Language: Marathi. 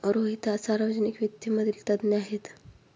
रोहित हा सार्वजनिक वित्त मधील तज्ञ आहे